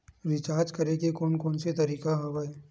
Recharge करे के कोन कोन से तरीका हवय?